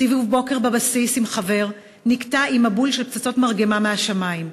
סיבוב בוקר בבסיס עם חבר נקטע עם מבול של פצצות מרגמה מהשמים,